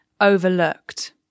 overlooked